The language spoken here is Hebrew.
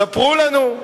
ספרו לנו.